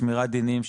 שמירת דינים,